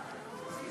בבקשה.